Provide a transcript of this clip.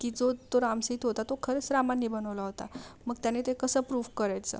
की जो तो रामसेतू होता तो खरंच रामाने बनवला होता मग त्याने ते कसं प्रूव्ह करायचं